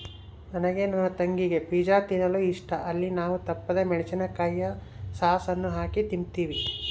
ನನಗೆ ನನ್ನ ತಂಗಿಗೆ ಪಿಜ್ಜಾ ತಿನ್ನಲು ಇಷ್ಟ, ಅಲ್ಲಿ ನಾವು ತಪ್ಪದೆ ಮೆಣಿಸಿನಕಾಯಿಯ ಸಾಸ್ ಅನ್ನು ಹಾಕಿ ತಿಂಬ್ತೀವಿ